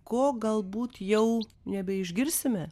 ko galbūt jau nebeišgirsime